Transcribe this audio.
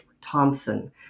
Thompson